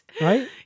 right